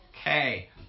okay